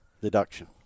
deduction